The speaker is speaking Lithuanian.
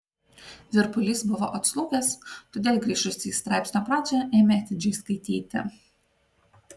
virpulys buvo atslūgęs todėl grįžusi į straipsnio pradžią ėmė atidžiai skaityti